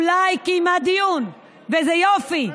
אולי קיימה דיון, וזה יופי,